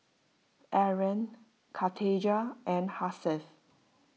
Aaron Khadija and Hasif